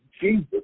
Jesus